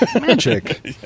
magic